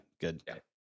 good